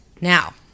Now